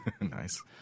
Nice